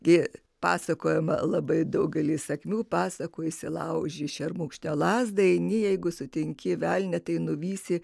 ji pasakojama labai daugelyje sakmių pasakų išsilauži šermukšnio lazdą eini jeigu sutinki velnią tai nuvysi